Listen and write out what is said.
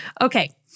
Okay